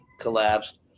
collapsed